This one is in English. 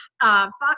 Fox